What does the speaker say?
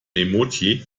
emoji